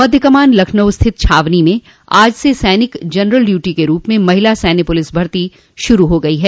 मध्य कमान लखनऊ स्थित छावनी में आज से सैनिक जनरल ड्यूटी के रूप में महिला सैन्य पुलिस भर्ती शुरू हो गयी है